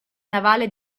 navale